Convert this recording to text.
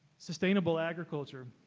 sustainable agriculture.